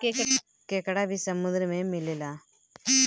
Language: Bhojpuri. केकड़ा भी समुन्द्र में मिलेला